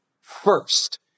first